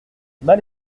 mal